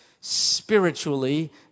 spiritually